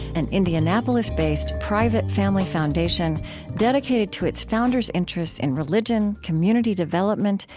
an indianapolis-based, private family foundation dedicated to its founders' interests in religion, community development,